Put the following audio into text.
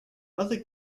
other